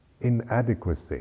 inadequacy